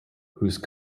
whose